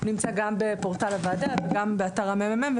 הוא נמצא גם בפורטל הוועדה וגם באתר הממ"מ.